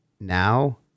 now